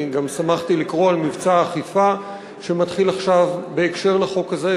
אני גם שמחתי לקרוא על מבצע האכיפה שמתחיל עכשיו בקשר לחוק הזה,